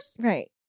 Right